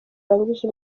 arangije